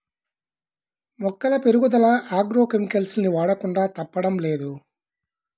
మొక్కల పెరుగుదల agro chemicals ని వాడకుండా తప్పడం లేదు